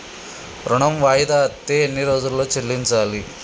ఋణం వాయిదా అత్తే ఎన్ని రోజుల్లో చెల్లించాలి?